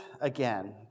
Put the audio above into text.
again